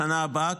לשנה הבאה,